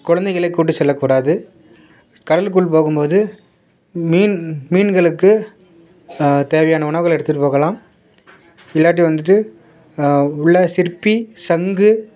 குழந்தைகளை கூட்டி செல்லக்கூடாது கடலுக்குள் போகும் போது மீன் மீன்களுக்கு தேவையான உணவுகளை எடுத்துகிட்டு போகலாம் இல்லாட்டி வந்துட்டு உள்ள சிற்பி சங்கு